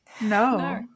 No